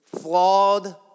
flawed